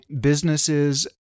businesses